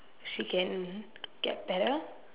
she can get better